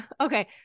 Okay